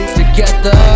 together